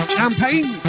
Champagne